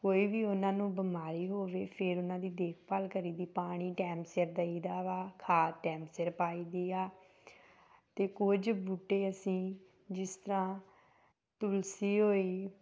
ਕੋਈ ਵੀ ਉਹਨਾਂ ਨੂੰ ਬਿਮਾਰੀ ਹੋਵੇ ਫਿਰ ਉਹਨਾਂ ਦੀ ਦੇਖਭਾਲ ਕਰੀ ਦੀ ਪਾਣੀ ਟਾਈਮ ਸਿਰ ਦਈਦਾ ਵਾ ਖਾਦ ਟਾਈਮ ਸਿਰ ਪਾਈਦੀ ਆ ਅਤੇ ਕੁਝ ਬੂਟੇ ਅਸੀਂ ਜਿਸ ਤਰ੍ਹਾਂ ਤੁਲਸੀ ਹੋਈ